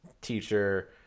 teacher